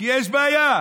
כי יש בעיה,